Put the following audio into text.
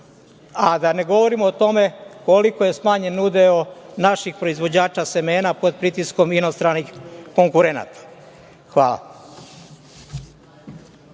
a da ne govorimo o tome koliko je smanjen udeo naših proizvođača semena pod pritiskom inostranih konkurenata. Hvala.